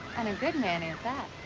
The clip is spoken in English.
and a good manny, at that.